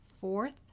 Fourth